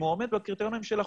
אם הוא עומד בקריטריונים של החוק.